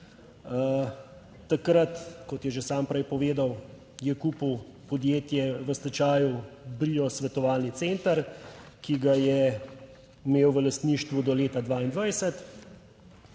Takrat, kot je že sam prej povedal, je kupil podjetje v stečaju Brio svetovalni center, ki ga je imel v lastništvu do leta 2022.